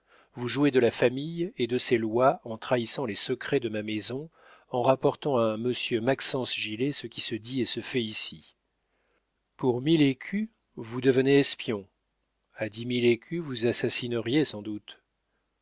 vous jouer de la famille et de ses lois en trahissant les secrets de ma maison en rapportant à un monsieur maxence gilet ce qui se dit et se fait ici pour mille écus vous devenez espions à dix mille écus vous assassineriez sans doute